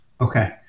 Okay